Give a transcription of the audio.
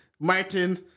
Martin